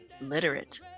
literate